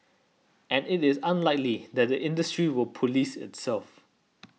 and it is unlikely that the industry will police itself